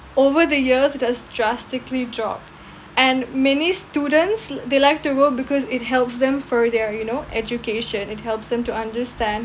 over the years it has drastically dropped and many students they like to go because it helps them for their you know education it helps them to understand